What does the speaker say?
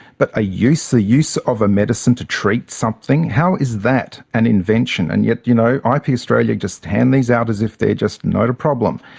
but a use, the use of a medicine to treat something? how is that an invention? and yet, you know, ah ip australia just hand these out as if they're just not a problem,